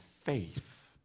faith